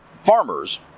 farmers